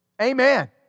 Amen